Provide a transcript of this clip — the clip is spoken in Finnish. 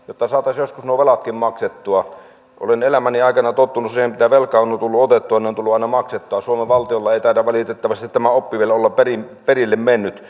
jotta saataisiin joskus nuo velatkin maksettua olen elämäni aikana tottunut siihen että se mitä velkaa on tullut otettua on tullut aina maksettua suomen valtiolla ei taida valitettavasti tämä oppi vielä olla perille mennyt